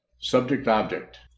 subject-object